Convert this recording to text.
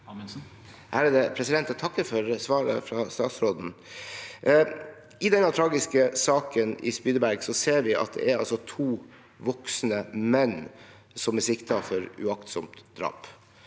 (FrP) Jeg takker for svaret fra statsråden. I den tragiske saken i Spydeberg ser vi at det er to voksne menn som er siktet for uaktsomt drap,